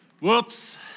whoops